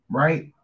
right